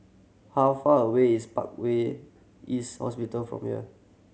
how far away is Parkway East Hospital from here